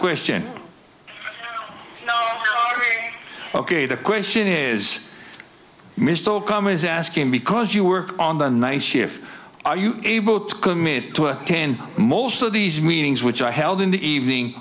question ok the question is missed all comers asking because you were on the night shift are you able to commit to a ten most of these meetings which i held in the evening